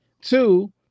two